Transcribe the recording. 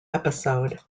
episode